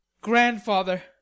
Grandfather